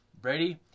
Brady